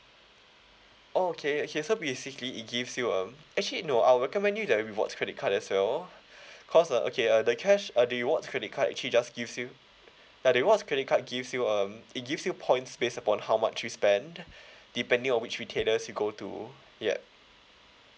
oh okay okay so basically it gives you um actually no I'll recommend you the rewards credit card as well cause uh okay uh the cash uh the rewards credit card actually just gives you uh the rewards credit card gives you um it gives you points based upon how much you spend depending on which retailers you go to yup